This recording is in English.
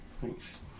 Thanks